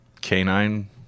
Canine